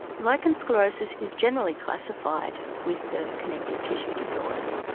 lichen sclerosus is generally classified with the connective tissue disorders,